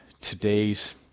today's